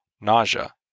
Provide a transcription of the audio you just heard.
nausea